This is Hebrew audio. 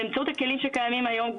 באמצעות כלים שקיימים היום.